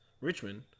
Richmond